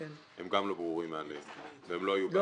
הם גם לא ברורים מאליהם והם לא היו בעבר.